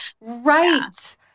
Right